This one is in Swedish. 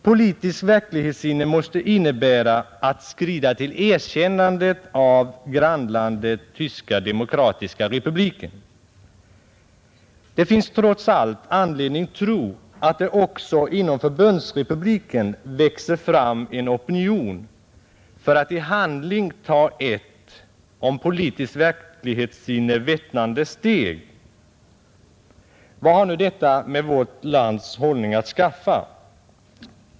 Politiskt verklighetssinne måste innebära att skrida till erkännande av grannlandet Tyska demokratiska republiken. Det finns trots allt anledning att tro att det inom Förbundsrepubliken växer fram en opinion för att i handling ta ett om politiskt verklighetssinne vittnande steg. Vad har nu detta med vårt lands hållning att skaffa?